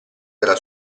della